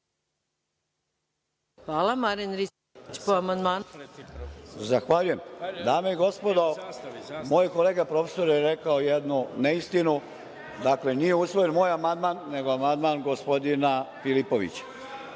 **Marijan Rističević** Zahvaljujem. Dame i gospodo, moj kolega profesor je rekao jednu neistinu, dakle, nije usvojen moj amandman nego amandman gospodina Filipovića.